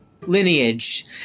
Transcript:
lineage